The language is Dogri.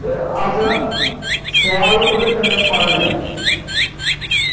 ते अस शैल ओह्दे कन्नै पलने